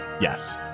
Yes